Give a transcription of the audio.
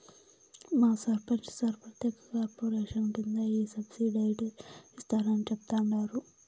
మా సర్పంచ్ సార్ ప్రత్యేక కార్పొరేషన్ కింద ఈ సబ్సిడైజ్డ్ ఇస్తారని చెప్తండారు